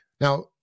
Now